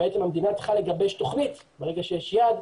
המדינה צריכה לגבש תוכנית ברגע שיש שיעד,